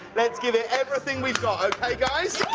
let's give it everything we've got, okay, guys.